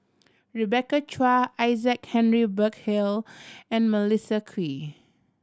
Rebecca Chua Isaac Henry Burkill and Melissa Kwee